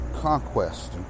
conquest